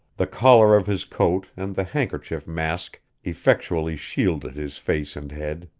the collar of his coat and the handkerchief mask effectually shielded his face and head.